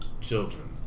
children